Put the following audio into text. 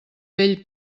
vell